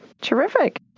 Terrific